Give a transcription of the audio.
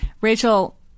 Rachel